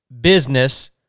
business